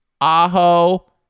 Aho